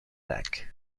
lac